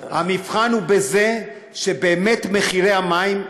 המבחן הוא בזה שבאמת מחירי המים,